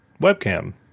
webcam